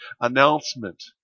announcement